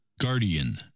guardian